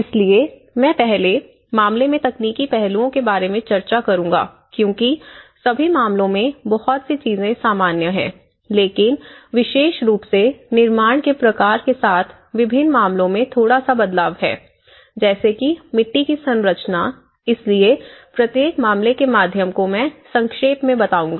इसलिए मैं पहले मामले में तकनीकी पहलुओं के बारे में चर्चा करूंगा क्योंकि सभी मामलों में बहुत सी चीजें सामान्य हैं लेकिन विशेष रूप से निर्माण के प्रकार के साथ विभिन्न मामलों में थोड़ा सा बदलाव है जैसे कि मिट्टी की संरचना इसलिए प्रत्येक मामले के माध्यम को मैं संक्षेप में बताऊंगा